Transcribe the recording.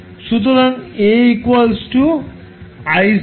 সুতরাং A I0 VSR